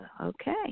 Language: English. okay